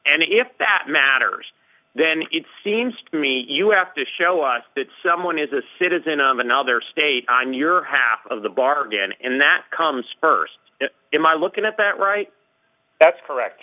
and if that matters then it seems to me you have to show us that someone is a citizen of another state on your half of the bargain in that comes first in my looking at that right that's correct